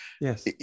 Yes